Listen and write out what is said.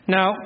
Now